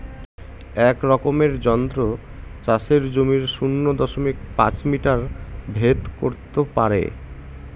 এক রকমের যন্ত্র চাষের জমির শূন্য দশমিক পাঁচ মিটার ভেদ করত পারে